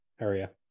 area